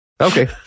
Okay